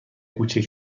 کوچک